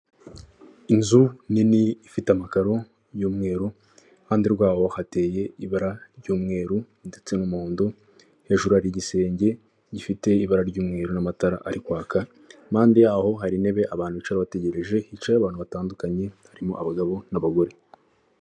Inzu nini ifite amakaro y'umweru, iruhande rwabo hateye ibara ry'umweru ndetse n'umuhondo, hejuru hari igisenge gifite ibara ry'umweru n'amatara ari kwaka impande yaho hari intebe, abantu bicara bategereje, hicayemo abantu batandukanye harimo abagabo n'abagore.